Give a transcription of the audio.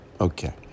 Okay